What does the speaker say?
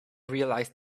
realised